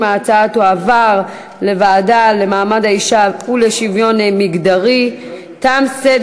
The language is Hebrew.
ההצעה להעביר את הנושא לוועדה לקידום מעמד האישה ולשוויון מגדרי נתקבלה.